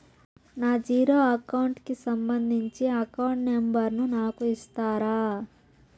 నా zero account కి సంబంధించి అకౌంట్ నెంబర్ ను నాకు ఇస్తారా